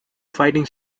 fighting